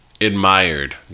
admired